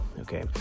okay